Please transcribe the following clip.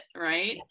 Right